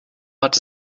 hat